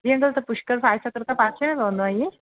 जी uncle Pushkar फाए सागर तां पासे में पवंदव इऐं